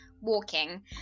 walking